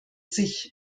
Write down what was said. sich